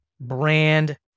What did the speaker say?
brand